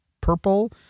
purple